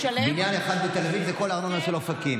בניין אחד בתל אביב זה כל הארנונה של אופקים.